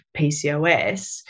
PCOS